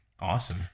Awesome